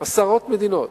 מדינות